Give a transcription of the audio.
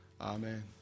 Amen